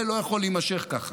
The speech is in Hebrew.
זה לא יכול להימשך ככה.